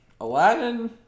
Aladdin